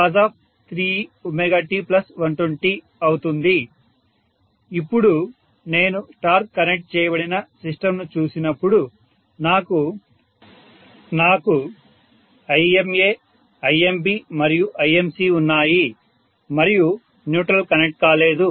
ఇప్పుడు నేను star connect చేయబడిన సిస్టంను చూసినప్పుడు నాకు ImaImb మరియు Imcవున్నాయి మరియు న్యూట్రల్ కనెక్ట్ కాలేదు